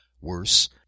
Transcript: Worse